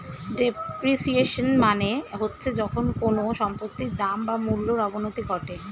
depreciation মানে হচ্ছে যখন কোনো সম্পত্তির দাম বা মূল্যর অবনতি ঘটে